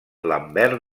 lambert